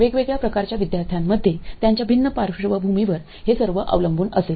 वेगवेगळ्या प्रकारच्या विद्यार्थ्यांमध्ये त्यांच्या भिन्न पार्श्वभूमीवर हे सर्व अवलंबून असेल